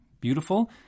beautiful